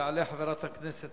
תעלה חברת הכנסת